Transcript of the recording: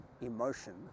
emotion